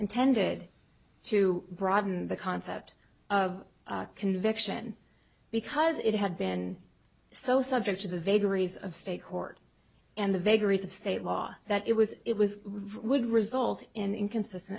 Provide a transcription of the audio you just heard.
intended to broaden the concept of conviction because it had been so subject to the vagaries of state court and the vagaries of state law that it was it was result in inconsistent